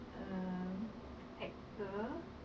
um actor would